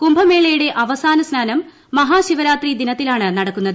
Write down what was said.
കുഭമേളയുടെ അവസാന സ്നാനം മഹാശിവരാത്രി ദിനത്തിലാണ് നടക്കുന്നത്